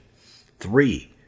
three